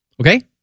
Okay